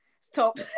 Stop